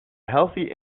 healthy